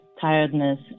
tiredness